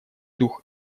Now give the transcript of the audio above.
дух